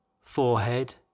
forehead